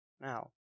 Now